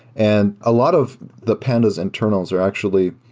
and a lot of the pandas internals are actually